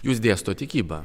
jūs dėstot tikybą